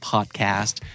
Podcast